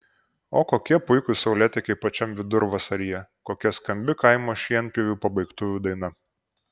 o kokie puikūs saulėtekiai pačiam vidurvasaryje kokia skambi kaimo šienpjovių pabaigtuvių daina